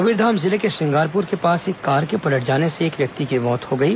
कबीरधाम जिले के श्रंगारपुर के पास एक कार के पलट जाने से एक व्यक्ति की मौत हो गई